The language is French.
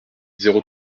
zéro